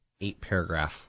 eight-paragraph